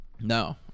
No